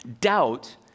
Doubt